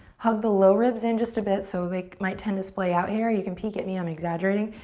hug the low ribs in just a bit so they might tend to splay out here. you can peek at me. i'm exaggerating.